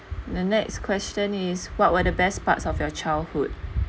the next question is what were the best parts of your childhood